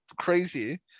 crazy